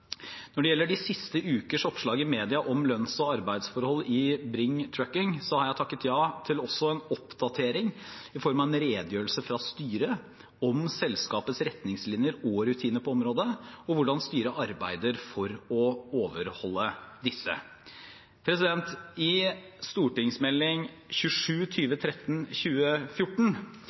Når det gjelder de siste ukers oppslag i media om lønns- og arbeidsforhold i Bring Trucking, har jeg takket ja til en oppdatering i form av en redegjørelse fra styret om selskapets retningslinjer og rutiner på området og hvordan styret arbeider for å overholde disse. I Meld. St. 27